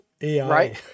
ai